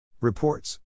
reports